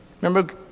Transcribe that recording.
Remember